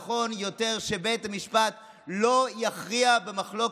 נכון יותר שבית המשפט לא יכריע במחלוקת,